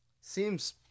Seems